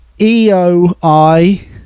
e-o-i